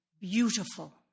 beautiful